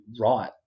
right